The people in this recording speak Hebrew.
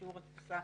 שיעור התפוסה